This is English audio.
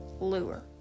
lure